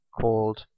called